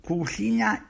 Cucina